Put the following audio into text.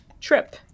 trip